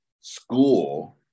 school